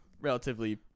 relatively